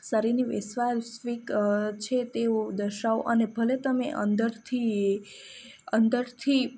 શરીરનો વિશ્વાસ છે તેવું દર્શાવો અને ભલે તમે અંદરથી અંદરથી